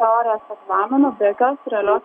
teorijos egzaminus be jokios realios